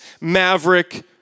Maverick